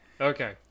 Okay